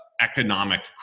economic